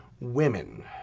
women